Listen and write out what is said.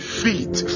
feet